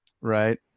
Right